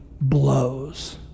blows